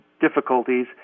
difficulties